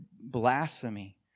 blasphemy